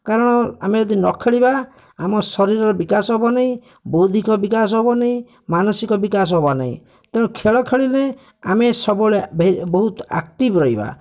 କାରଣ ଆମେ ଯଦି ନଖେଳିବା ଆମ ଶରୀରର ବିକାଶ ହେବ ନାହିଁ ବୌଦ୍ଧିକ ବିକାଶ ହେବ ନାହିଁ ମାନସିକ ବିକାଶ ହେବ ନାହିଁ ତେଣୁ ଖେଳ ଖେଳିଲେ ଆମେ ସବୁବେଳେ ବହୁତ ଏକ୍ଟିଭ୍ ରହିବା